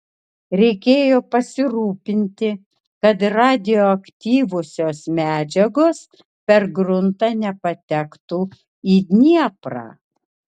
reikėjo pasirūpinti kad radioaktyviosios medžiagos per gruntą nepatektų į dnieprą